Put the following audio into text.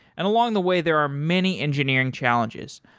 and along the way there are many engineering challenges.